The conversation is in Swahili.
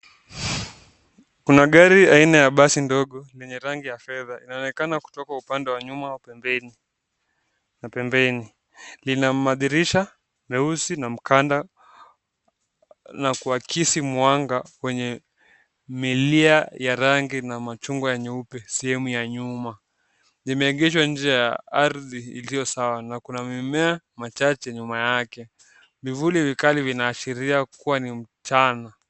Kuna gari aina ya basi ndogo lenye rangi ya fedha inaonekana kutoka upande wa nyuma wa pembeni wa pembeni lina madirisha meusi na mkanda na kuakisi mwanga kwenye milia ya rangi na machungwa ya nyeupe sehemu ya nyuma. Limeegeshwa nje ya ardhi iliyosawa na kuna mimea machache nyuma yake vivuli vikali vinaashiria kuwa ni mchana.